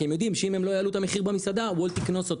כי הם יודעים שאם הם לא יעלו את המחיר במסעדה וולט יקנוס אותם,